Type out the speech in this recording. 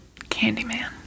Candyman